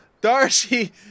Darcy